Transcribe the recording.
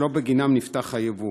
שלא בגינם נפתח היבוא,